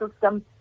system